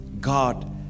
God